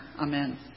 Amen